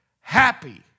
happy